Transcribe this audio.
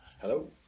Hello